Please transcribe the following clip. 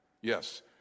Yes